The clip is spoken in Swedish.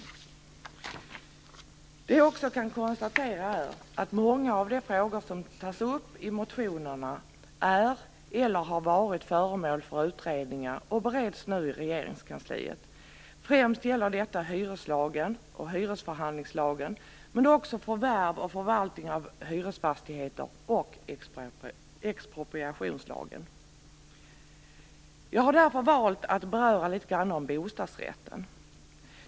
Jag kan också konstatera att många av de frågor som tas upp i motionerna är, eller har varit, föremål för utredningar och att de nu bereds i Regeringskansliet. Främst gäller det hyreslagen och hyresförhandlingslagen, men det gäller också förvärv och förvaltning av hyresfastigheter och expropriationslagen. Jag har därför valt att litet grand beröra bostadsrätten.